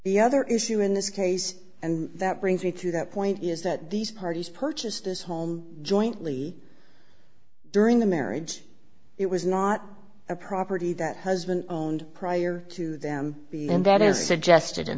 the other issue in this case and that brings me to that point is that these parties purchased his home jointly during the marriage it was not a property that has been owned prior to them and that is